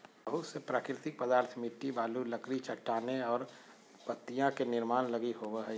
बहुत से प्राकृतिक पदार्थ मिट्टी, बालू, लकड़ी, चट्टानें और पत्तियाँ के निर्माण लगी होबो हइ